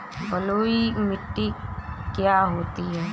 बलुइ मिट्टी क्या होती हैं?